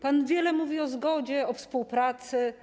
Pan wiele mówi o zgodzie, o współpracy.